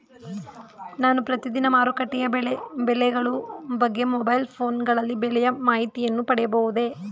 ನಾನು ಪ್ರತಿದಿನ ಮಾರುಕಟ್ಟೆಯ ಬೆಲೆಗಳ ಬಗ್ಗೆ ಮೊಬೈಲ್ ಫೋನ್ ಗಳಲ್ಲಿ ಬೆಲೆಯ ಮಾಹಿತಿಯನ್ನು ಪಡೆಯಬಹುದೇ?